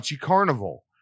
Carnival